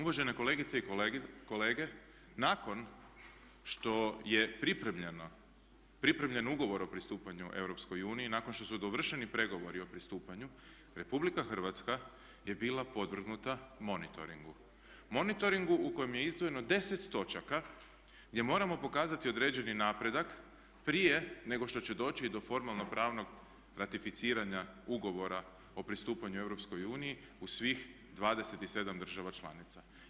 Uvažene kolegice i kolege nakon što je pripremljen ugovor o pristupanju EU i nakon što su dovršeni pregovori o pristupanju RH je bila podvrgnuta monitoringu, monitoringu u kojem je izdvojeno deset točaka gdje moramo pokazati određeni napredak prije nego što će doći i do formalno pravnog ratificiranja ugovara o pristupanju EU u svih 27 država članica.